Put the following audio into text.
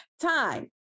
time